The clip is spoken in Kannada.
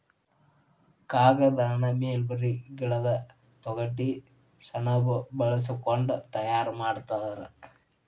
ಕಾಗದಾನ ಮಲ್ಬೇರಿ ಗಿಡದ ತೊಗಟಿ ಸೆಣಬ ಬಳಸಕೊಂಡ ತಯಾರ ಮಾಡ್ತಾರ